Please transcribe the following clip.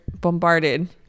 bombarded